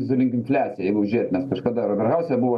sulig infliacija jeigu žiūrėt nes kažkada ir oberhause buvo